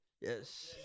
Yes